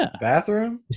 bathroom